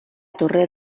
torre